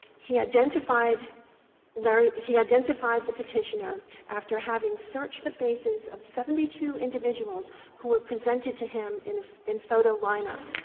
he identified larry he identified the petitioner after having searched the faces of seventy two individuals who were presented to him in ah in photo line-ups,